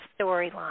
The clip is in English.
storyline